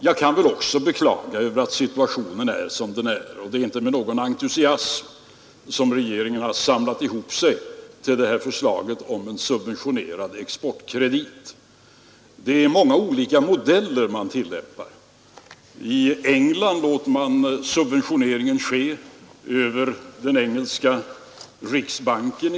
Jag kan väl också beklaga att situationen är som den är, och det är inte med någon entusiasm som regeringen har samlat sig till detta förslag om en subventionerad exportkredit. Man tillämpar många olika modeller på detta område. I England låter man subventioneringen ske över den engelska riksbanken.